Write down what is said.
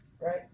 Right